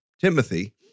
Timothy